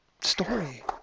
story